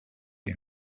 you